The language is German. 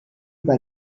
bei